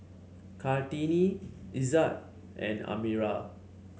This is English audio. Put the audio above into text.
Kartini Izzat and Amirah